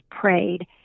prayed